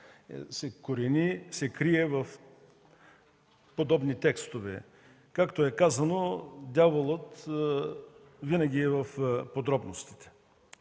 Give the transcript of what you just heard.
винаги се крие в подобни текстове и както е казано: дяволът винаги е в подробностите.